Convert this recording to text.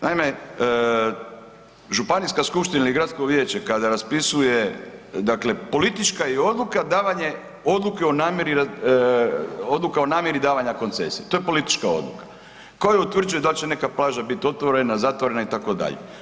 Naime, županijska skupština ili gradsko vijeće kada raspisuje dakle politička je odluka davanje odluke o namjerni davanja koncesije, to je politička odluka koja utvrđuje da li će neka plaža bit otvorena, zatvorena itd.